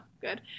good